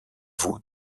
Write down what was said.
vous